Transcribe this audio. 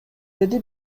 деди